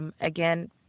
Again